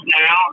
now